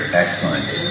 Excellent